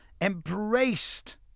embraced